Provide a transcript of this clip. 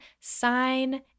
sign